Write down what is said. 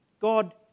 God